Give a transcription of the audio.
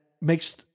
makes